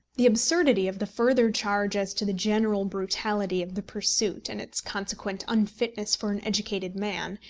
the absurdity of the further charge as to the general brutality of the pursuit, and its consequent unfitness for an educated man,